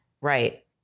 Right